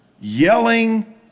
yelling